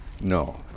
No